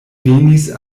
venis